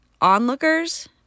onlookers